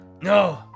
No